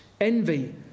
envy